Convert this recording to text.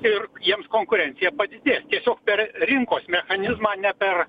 ir jiems konkurencija padidės tiesiog per rinkos mechanizmą ne per